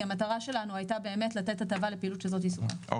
כי המטרה שלנו הייתה באמת לתת הטבה לפעילות ש --- אוקיי.